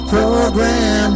Program